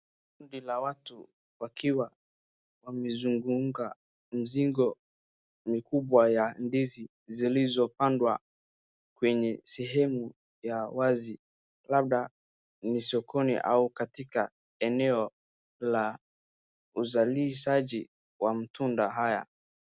Kundi la watu wakiwa wamezunguka mizigo mkubwa wa ndizi zilizopandwa kwenye sehemu ya wazi labda ni sokoni au katika eneo la uzalishaji wa matunda haya.